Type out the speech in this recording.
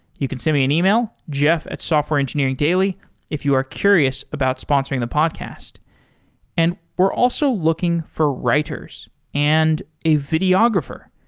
you can send me an e-mail, jeff at softwareengineeringdaily if you are curious about sponsoring the podcast and we're also looking for writers and a videographer.